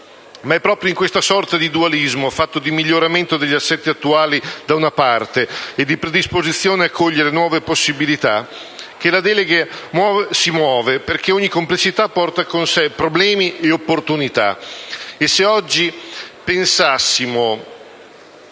Ma è proprio in questa sorta di dualismo fatto di miglioramento degli assetti attuali e di predisposizione a cogliere nuove possibilità che la delega si muove, perché ogni complessità porta con sé problemi e opportunità.